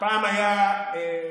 פעם היה מישהו,